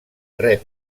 rep